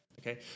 okay